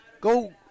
Go